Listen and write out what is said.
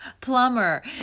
plumber